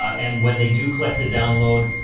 and when they do click the download,